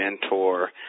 mentor